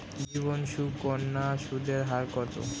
জীবন সুকন্যা সুদের হার কত?